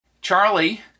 Charlie